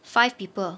five people